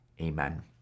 Amen